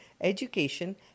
education